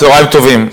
צהריים טובים,